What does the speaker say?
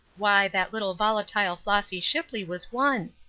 why, that little, volatile flossy shipley was one!